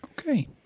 Okay